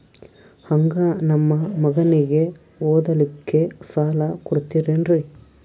ಹಂಗ ನಮ್ಮ ಮಗನಿಗೆ ಓದಲಿಕ್ಕೆ ಸಾಲ ಕೊಡ್ತಿರೇನ್ರಿ?